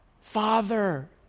Father